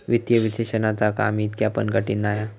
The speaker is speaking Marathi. वित्तीय विश्लेषणाचा काम इतका पण कठीण नाय हा